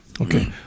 Okay